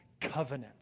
covenant